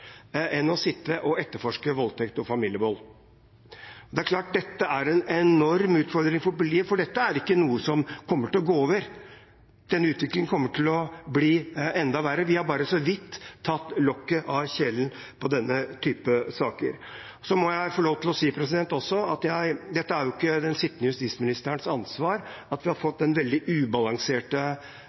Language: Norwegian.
enn å sitte og etterforske voldtekter og familievold. Det er klart dette er en enorm utfordring for politiet, for dette er ikke noe som kommer til å gå over. Denne utviklingen kommer til å bli enda verre. Vi har bare så vidt tatt lokket av kjelen på denne typen saker. Så må jeg få lov til å si at det er jo ikke den sittende justisministerens ansvar at vi har fått det veldig